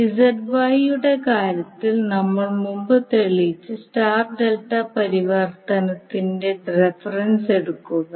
ZY യുടെ കാര്യത്തിൽ നമ്മൾ മുമ്പ് തെളിയിച്ച സ്റ്റാർ ഡെൽറ്റ പരിവർത്തനത്തിന്റെ റഫറൻസ് എടുക്കുക